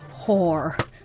whore